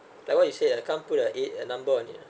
like what you said I can't put a a number on it ah